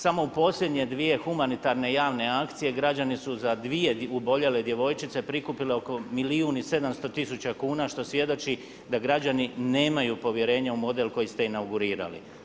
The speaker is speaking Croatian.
Samo u posljednje 2 humanitarne javne akcije, građani su za dvije oboljele djevojčice prikupili oko milijun i 700 000 kuna što svjedoči da građani nemaju povjerenja u model koji ste inaugurirali.